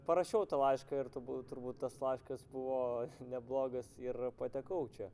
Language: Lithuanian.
parašiau tą laišką ir tubūt turbūt tas laiškas buvo neblogas ir patekau čia